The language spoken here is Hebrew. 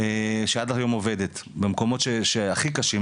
שעד היום עובדת במקומות הכי קשים,